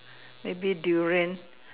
maybe durian